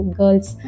girls